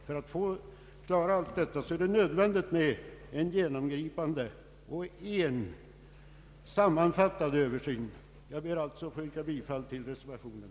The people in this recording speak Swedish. För att klara allt detta är det nödvändigt med en genomgripande och sammanfattande översyn. Herr talman! Jag ber att få yrka bifall till reservationen.